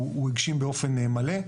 המתווה הגשים באופן מלא.